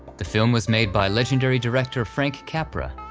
the film was made by legendary director frank capra,